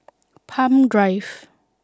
Palm Drive